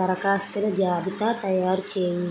దరఖాస్తుల జాబితా తయారు చేయి